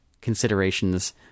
considerations